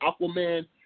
Aquaman